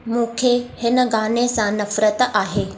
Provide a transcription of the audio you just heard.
मूंखे हिन गाने सां नफ़रत आहे